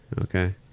Okay